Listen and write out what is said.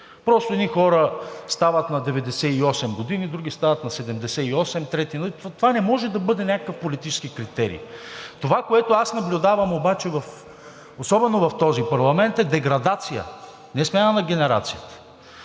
Просто едни хора стават на 98 години, други стават на 78, трети… Това не може да бъде някакъв политически критерий. Това, което аз наблюдавам обаче, особено в този парламент, е деградация, не смяна на генерация.